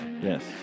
Yes